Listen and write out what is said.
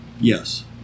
Yes